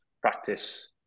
practice